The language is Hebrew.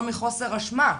לא מחוסר אשמה?